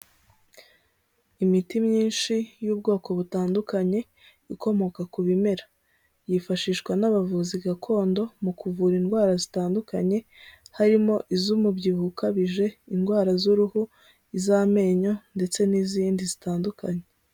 Imiti myinshi y'ubwoko butandukanye ikomoka ku bimera, yifashishwa n'abavuzi gakondo mu kuvura indwara zitandukanye. Harimo iz'umubyibuho ukabije, indwara z'uruhu, iz'amenyo ndetse n'izindi zitandukanye.